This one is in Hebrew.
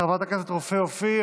חברת הכנסת רופא אופיר,